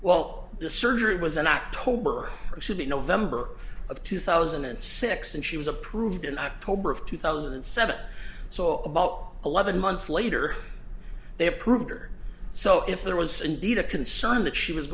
well the surgery was in october or november of two thousand and six and she was approved in october of two thousand and seven so about eleven months later they approved her so if there was indeed a concern that she was